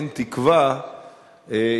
אין תקווה,